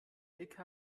lkw